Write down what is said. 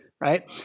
right